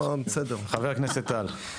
חבר הכנסת טל.